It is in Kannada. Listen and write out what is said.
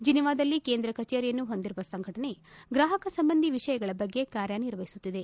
ಜಿನಿವಾದಲ್ಲಿ ಕೇಂದ್ರ ಕಚೇರಿಯನ್ನು ಹೊಂದಿರುವ ಸಂಘಟನೆ ಗ್ರಾಹಕ ಸಂಬಂಧಿ ವಿಷಯಗಳ ಬಗ್ಗೆ ಕಾರ್ಯನಿರ್ವಹಿಸುತ್ತಿದೆ